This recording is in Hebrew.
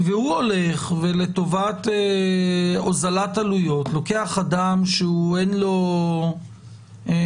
והוא הולך ולטובת הוזלת עלויות לוקח אדם שאין לו הסמכה